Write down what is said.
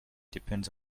depends